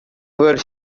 пӗр